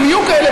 אם יהיו כאלה,